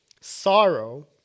Sorrow